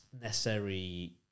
necessary